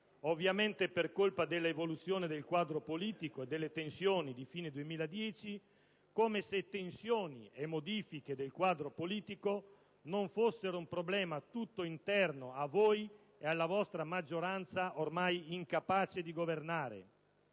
ovviamente per colpa dell'evoluzione del quadro politico, delle tensioni di fine 2010, come se tensioni e modifiche del quadro politico non fossero un problema tutto interno a voi ed alla vostra maggioranza ormai incapace di governare.